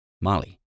Molly